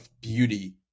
beauty